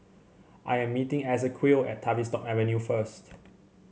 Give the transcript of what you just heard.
I am meeting Esequiel at Tavistock Avenue first